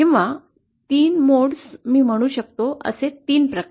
किंवा तीन मोड्स मी म्हणू शकतो असे 3 प्रकार